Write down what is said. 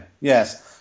Yes